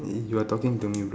eh you are talking to me bro